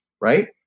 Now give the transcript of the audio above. Right